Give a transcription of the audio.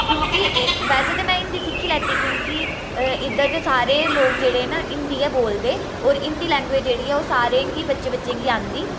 क्योंकि वैसे ते में हिंदी सिक्खी लैती क्योंकि इद्धर दे सारे लोक जेह्ड़े न हिंदी गै बोलदे न और हिंदी लैंग्वेज जेह्ड़ी ऐ ओह् सारें गी बच्चे बच्चे गी आंदी